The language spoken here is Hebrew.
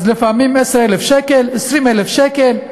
אז לפעמים 10,000 שקל, 20,000 שקל.